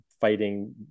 fighting